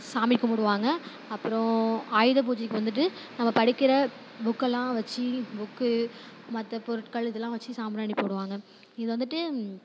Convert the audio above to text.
சாமி கும்பிடுவாங்க அப்புறம் ஆயுத பூஜைக்கு வந்துட்டு நம்ம படிக்கிற புக்கெலாம் வைச்சு புக்கு மற்ற பொருட்கள் இதெல்லாம் வைச்சு சாம்பராணி போடுவாங்க இது வந்துட்டு